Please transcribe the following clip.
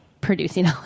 producing